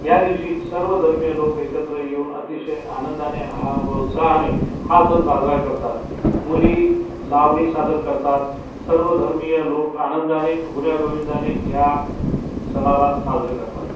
या दिवशी सर्वधर्मीय लोक एकत्र येऊन अतिशय आनंदाने हा व उत्साहाने हा सण साजरा करतात मुली लावणी सादर करतात सर्वधर्मीय लोक आनंदाने गुण्यागोविंदाने ह्या सणाला साजरं करतात